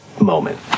moment